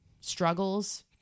struggles